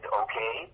okay